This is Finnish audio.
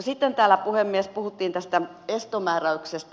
sitten täällä puhemies puhuttiin tästä estomääräyksestä